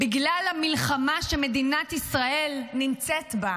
בגלל המלחמה שמדינת ישראל נמצאת בה.